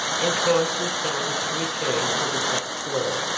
and twice he started to return to the top floor,